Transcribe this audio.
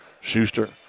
Schuster